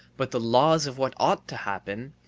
but the laws of what ought to happen,